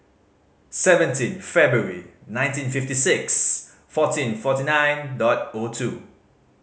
seventeen February nineteen fifty six fourteen forty nine dot O two